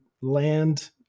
land